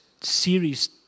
series